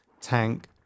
tank